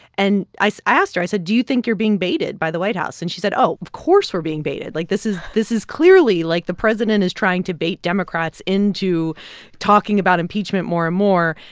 and i so i asked her i said, do you think you're being baited by the white house? and she said, oh, of course, we're being baited. like, this is this is clearly, like, the president is trying to bait democrats into talking about impeachment more and more.